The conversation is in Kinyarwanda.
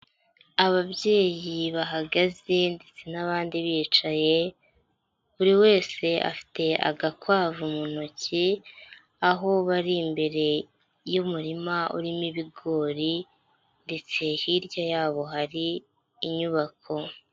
Ababyeyi bahagaze ndetse n'abandi bicaye, buri wese afite agakwavu mu ntoki, aho bari imbere y'umurima urimo ibigori, ndetse hirya yabo hari inyubako.